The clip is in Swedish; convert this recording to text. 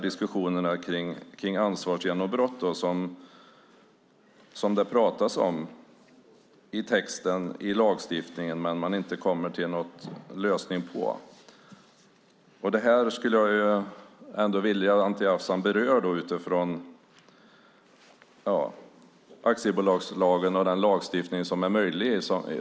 Diskussionerna kring ansvarsgenombrott som det pratas om i texten i lagstiftningen kommer man inte till någon lösning på. Det här skulle jag vilja att Anti Avsan berör utifrån aktiebolagslagen och den lagstiftning som är möjlig.